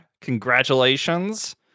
Congratulations